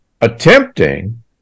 attempting